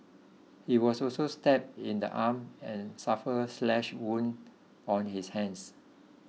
he was also stabbed in the arm and suffered slash wounds on his hands